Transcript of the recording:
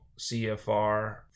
CFR